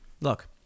Look